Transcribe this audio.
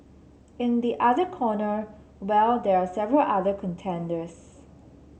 in the other corner well there are several other contenders